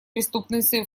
преступностью